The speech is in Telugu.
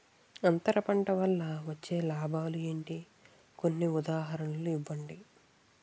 అంతర పంట వల్ల వచ్చే లాభాలు ఏంటి? కొన్ని ఉదాహరణలు ఇవ్వండి?